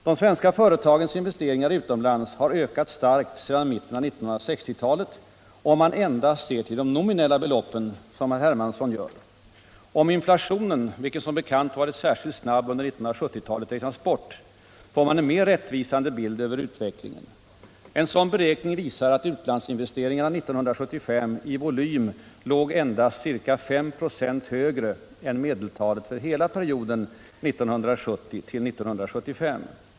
De svenska företagens investeringar utomlands har ökat starkt sedan mitten av 1960-talet, om man endast ser till de nominella beloppen, såsom herr Hermansson gör. Om inflationen, vilken som bekant varit särskilt snabb under 1970-talet, räknas bort får man en mer rättvisande bild av utvecklingen. En sådan beräkning visar att utlandsinvesteringarna 1975 i volym låg endast ca 5 96 högre än medeltalet för hela perioden 1970 till 1975.